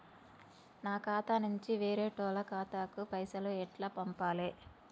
నా ఖాతా నుంచి వేరేటోళ్ల ఖాతాకు పైసలు ఎట్ల పంపాలే?